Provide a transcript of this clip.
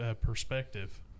perspective